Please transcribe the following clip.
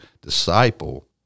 disciple